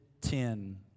ten